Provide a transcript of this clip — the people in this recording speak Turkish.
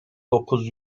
dokuz